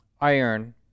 iron